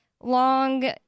long